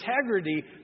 integrity